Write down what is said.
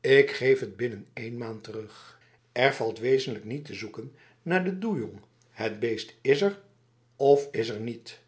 ik geef het binnen één maand terug er valt wezenlijk niet te zoeken naar de doejong het beest is er of is er niet